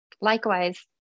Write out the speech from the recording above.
Likewise